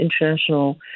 international